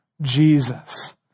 Jesus